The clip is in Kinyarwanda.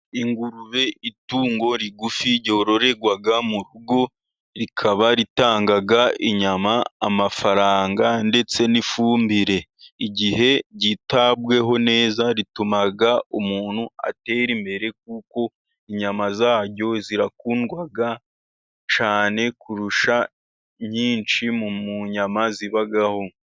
Ingurube : Itungo rigufi ryororerwa mu rugo, rikaba ritanga inyama, amafaranga ndetse n'ifumbire. Igihe ryitaweho neza, rituma umuntu atera imbere, kuko inyama zaryo zirakundwa cyane, kurusha nyinshi mu nyama zibaho.